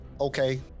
Okay